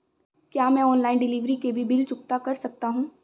क्या मैं online delivery के भी बिल चुकता कर सकता हूँ?